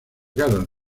garras